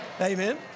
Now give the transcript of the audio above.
Amen